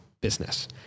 business